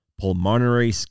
pulmonary